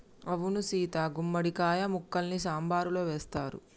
అవును సీత గుమ్మడి కాయ ముక్కల్ని సాంబారులో వేస్తారు